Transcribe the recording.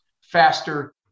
faster